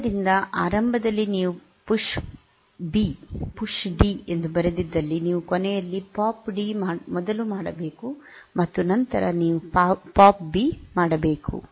ಆದ್ದರಿಂದ ಆರಂಭದಲ್ಲಿ ನೀವು ಪುಶ್ ಬಿ ಪುಶ್ ಡಿ ಎಂದು ಬರೆದಿದ್ದಲ್ಲಿ ನೀವು ಕೊನೆಯಲ್ಲಿ ಪಾಪ್ ಡಿ ಮೊದಲು ಮಾಡಬೇಕು ಮತ್ತು ನಂತರ ನೀವು ಪಾಪ್ ಬಿ ಮಾಡಬೇಕು